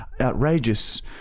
Outrageous